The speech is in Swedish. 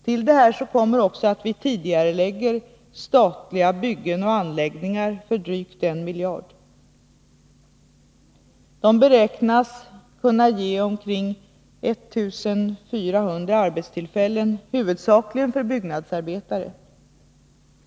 Till detta kommer också att vi tidigarelägger statliga byggen och anläggningar för drygt 1 miljard. De beräknas kunna ge omkring 1400 arbetstillfällen, huvudsakligen för byggnadsarbetare.